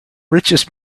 richest